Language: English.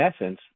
essence